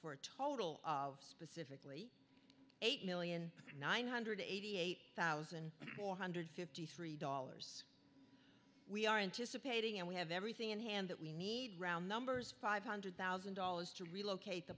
for a total of specific eight million nine hundred and eighty eight thousand four hundred and fifty three dollars we are anticipating and we have everything in hand that we need round numbers five hundred thousand dollars to relocate the